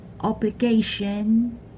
obligation